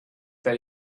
that